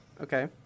Okay